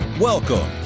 Welcome